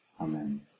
Amen